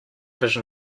vision